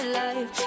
life